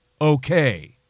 okay